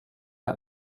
ein